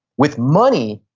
with money,